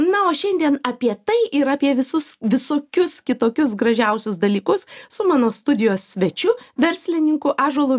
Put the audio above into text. na o šiandien apie tai ir apie visus visokius kitokius gražiausius dalykus su mano studijos svečiu verslininku ąžuolu